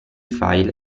file